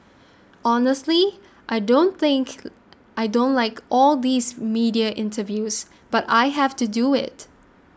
honestly I don't think I don't like all these media interviews but I have to do it